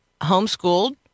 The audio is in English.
homeschooled